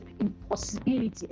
impossibility